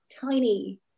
tiny